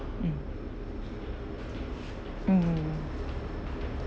mm mm mm mm